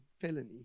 felony